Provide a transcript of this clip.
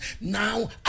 Now